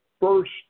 first